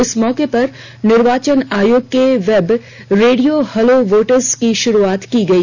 इस मौके पर निर्वाचन आयोग के वैब रेडियो हैलो वोटर्स की शुरूआत की गई